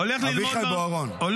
בוארון, אביחי בוארון, תקשיב, הוא מדבר.